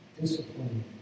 discipline